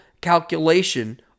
calculation